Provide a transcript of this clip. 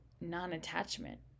non-attachment